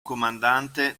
comandante